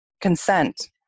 consent